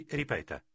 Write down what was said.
ripeta